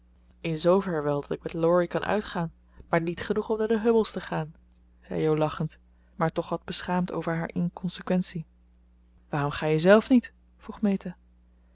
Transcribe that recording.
in zoover wel dat ik met laurie kan uitgaan maar niet genoeg om naar de hummels te gaan zei jo lachend maar toch wat beschaamd over haar inconsequentie waarom ga je zelf niet vroeg meta